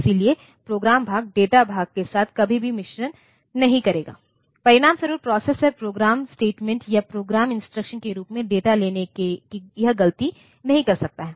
इसलिए प्रोग्राम भाग डेटा भाग के साथ कभी भी मिश्रण नहीं करेगा परिणामस्वरूप प्रोसेसर प्रोग्राम स्टेटमेंट या प्रोग्राम इंस्ट्रक्शन के रूप में डेटा लेने की यह गलती नहीं कर सकता है